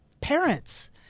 parents